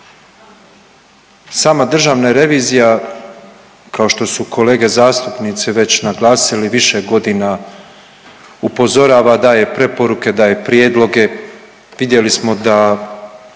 Sama državna revizija kao što su kolege zastupnici već naglasili više godina upozorava, daje preporuke, daje prijedloge. Vidjeli smo da,